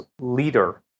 leader